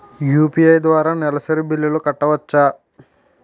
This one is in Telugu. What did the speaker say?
యు.పి.ఐ ద్వారా నెలసరి బిల్లులు కట్టవచ్చా?